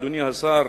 אדוני השר,